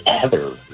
Heather